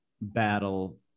battle